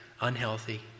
unhealthy